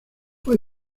fue